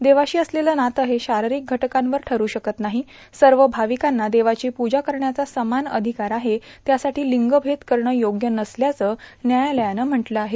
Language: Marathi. देवाशी असलेलं नातं हे शारीरिक घटकांवर ठरू शकत नाही सर्व भाविकांना देवाची प्रजा करण्याचा समान अधिकार आहे त्यासाठी लिंगभेद करणं योग्य नसल्याचं न्यायालयानं म्हटलं आहे